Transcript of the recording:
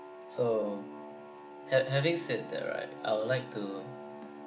so having said that right I would like to